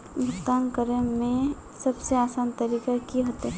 भुगतान करे में सबसे आसान तरीका की होते?